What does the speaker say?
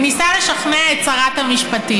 וניסה לשכנע את שרת המשפטים.